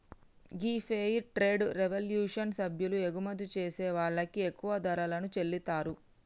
గీ fair trade revolution సభ్యులు ఎగుమతి చేసే వాళ్ళకి ఎక్కువ ధరలను చెల్లితారు